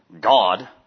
God